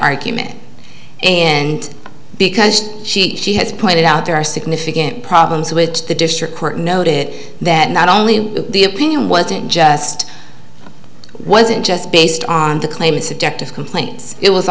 argument and because she she has pointed out there are significant problems with the district court noted that not only the opinion wasn't just wasn't just based on the claim of subjective complaints it was